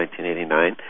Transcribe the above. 1989